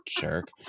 Jerk